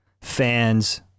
fans